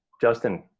justin.